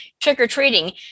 trick-or-treating